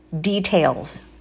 details